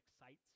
excites